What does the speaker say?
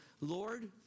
Lord